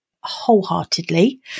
wholeheartedly